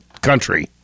country